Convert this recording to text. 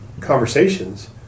conversations